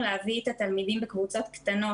להביא את התלמידים בקבוצות קטנות.